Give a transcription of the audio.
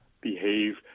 behave